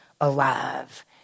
alive